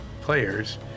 players